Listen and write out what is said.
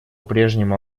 прежнему